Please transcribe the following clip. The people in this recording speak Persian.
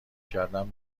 کردن